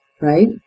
right